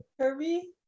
Kirby